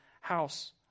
house